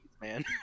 man